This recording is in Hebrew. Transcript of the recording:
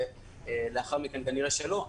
ולאחר מכן כנראה שלא,